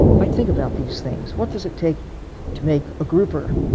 i think about these things. what does it take to make a grouper?